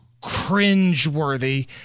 cringe-worthy